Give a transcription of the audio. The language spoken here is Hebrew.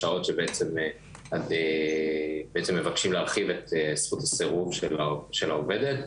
השעות שבעצם מבקשים להרחיב את זכות הסירוב של העובדת,